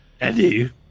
Eddie